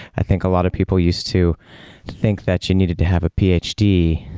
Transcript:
i think a lot of people used to think that you needed to have a ph d.